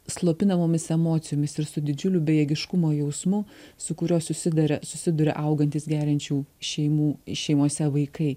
slopinamomis emocijomis ir su didžiuliu bejėgiškumo jausmu su kuriuo susidaria susiduria augantys geriančių šeimų šeimose vaikai